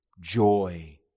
joy